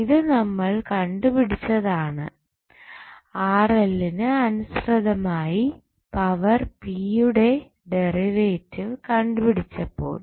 ഇത് നമ്മൾ കണ്ടുപിടിച്ചതാണ് നു അനുസൃതമായി പവർ p യുടെ ഡെറിവേറ്റീവ് കണ്ടുപിടിച്ചപ്പോൾ